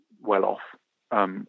well-off